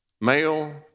male